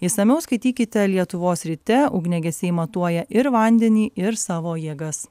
išsamiau skaitykite lietuvos ryte ugniagesiai matuoja ir vandenį ir savo jėgas